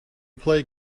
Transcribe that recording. play